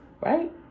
right